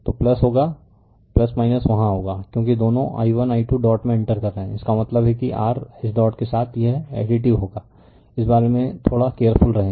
तो होगा वहाँ होगा क्योंकि दोनों i1 i 2 डॉट में इंटर कर रहे है इसका मतलब है कि r इस डॉट के साथ यह एडीटिव होगा इस बारे में थोड़ा केयरफुल रहें